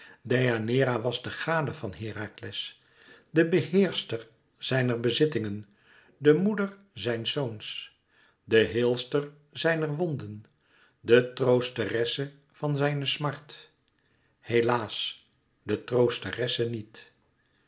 deianeira was de gade van herakles de beheerster zijner bezittingen de moeder zijns zoons de heelster zijner wonden de troosteresse van zijne smart helaas de troosteresse niet